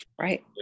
right